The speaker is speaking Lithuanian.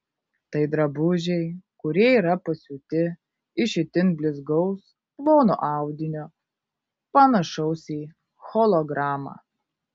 tai drabužiai kurie yra pasiūti iš itin blizgaus plono audinio panašaus į hologramą